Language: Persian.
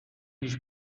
پیش